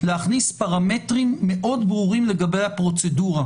להכניס פרמטרים מאוד ברורים לגבי הפרוצדורה: